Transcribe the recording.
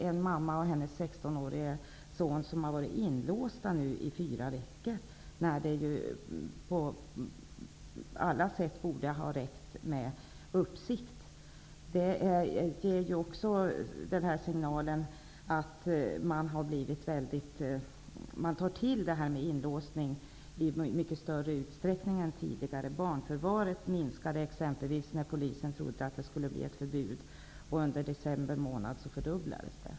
En mamma och hennes sextonårige son har nu varit inlåsta i fyra veckor, när det på alla sätt borde ha räckt med uppsikt. Också detta ger signalen att man tar till inlåsning i mycket större utsträckning än tidigare. Barnförvaret minskade exempelvis när polisen trodde att det skulle bli ett förbud, men under december månad fördubblades det.